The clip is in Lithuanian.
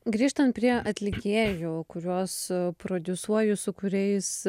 grįžtant prie atlikėjų kuriuos prodiusuoji su kuriais